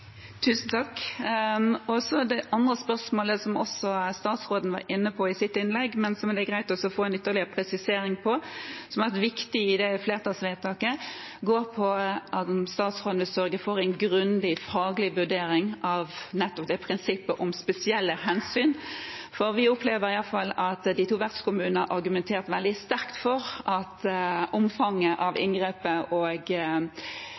Det andre spørsmålet – som også statsråden var inne på i sitt innlegg, men som det er greit å få en ytterligere presisering av, og som har vært viktig i dette flertallsvedtaket – går ut på om statsråden vil sørge for en grundig faglig vurdering av nettopp prinsippet om spesielle hensyn. Vi opplever at iallfall de to vertskommunene har argumentert veldig sterkt for at omfanget av inngrepet og